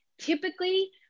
typically